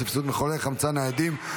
סבסוד מחוללי חמצן ניידים),